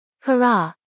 Hurrah